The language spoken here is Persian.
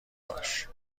باش